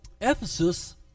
Ephesus